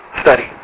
study